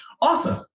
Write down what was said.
awesome